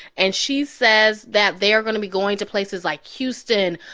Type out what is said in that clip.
and she says that they are going to be going to places like houston,